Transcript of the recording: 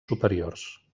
superiors